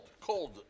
Cold